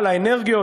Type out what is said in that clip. האנרגיות,